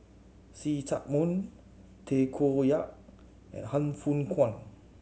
See Chak Mun Tay Koh Yat and Han Fook Kwang